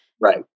Right